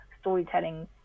storytelling